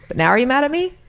but now are you mad at me?